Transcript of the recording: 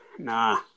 nah